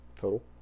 Total